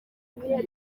umukinnyi